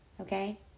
okay